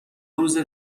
روزه